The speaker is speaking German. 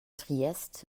triest